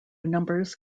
numbers